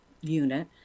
unit